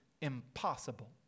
impossible